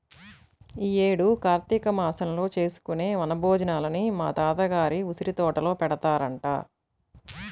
యీ యేడు కార్తీక మాసంలో చేసుకునే వన భోజనాలని మా తాత గారి ఉసిరితోటలో పెడతారంట